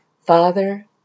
Father